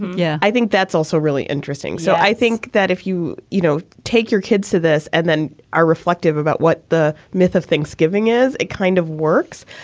yeah. i think that's also really interesting. so i think that if you, you know, take your kids to this and then are reflective about what the myth of thanksgiving is. it kind of works.